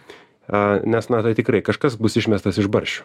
a nes na tai tikrai kažkas bus išmestas iš barščių